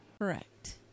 Correct